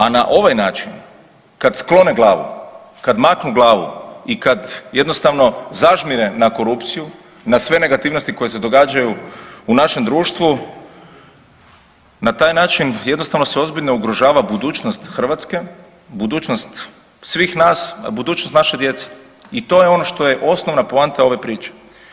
A na ovaj način, kad sklone glavu, kad makne glavu i kad jednostavno zažmire na korupciju, na sve negativnosti koje se događaju u našem društvu, na taj način jednostavno se ozbiljno ugrožava budućnost Hrvatske, budućnost svih nas, a budućnost naše djece i to je ono što je osnovna poanta ove priče.